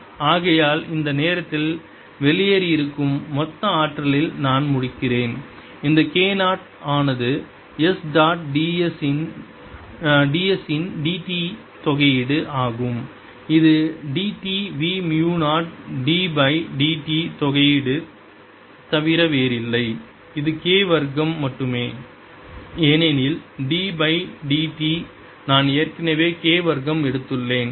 0ddt ஆகையால் அந்த நேரத்தில் வெளியேறி இருக்கும் மொத்த ஆற்றலில் நான் முடிக்கிறேன் இந்த K 0 ஆனது S டாட் d s இன் dt தொகையீடு ஆகும் இது d t v மு 0 d பை d t தொகையீடு தவிர வேறில்லை இது K வர்க்கம் மட்டுமே ஏனெனில் d பை dt நான் ஏற்கனவே K வர்க்கம் எடுத்துள்ளேன்